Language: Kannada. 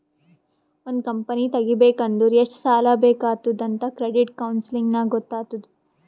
ಒಂದ್ ಕಂಪನಿ ತೆಗಿಬೇಕ್ ಅಂದುರ್ ಎಷ್ಟ್ ಸಾಲಾ ಬೇಕ್ ಆತ್ತುದ್ ಅಂತ್ ಕ್ರೆಡಿಟ್ ಕೌನ್ಸಲಿಂಗ್ ನಾಗ್ ಗೊತ್ತ್ ಆತ್ತುದ್